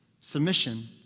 Submission